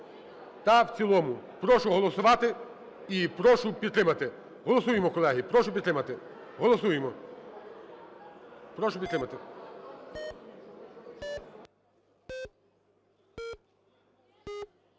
та в цілому. Прошу голосувати і прошу підтримати. Голосуємо, колеги. Прошу підтримати. Голосуємо. Прошу підтримати.